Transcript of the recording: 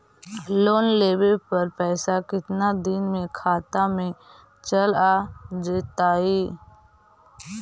Loan लेब पर पैसा कितना दिन में खाता में चल आ जैताई?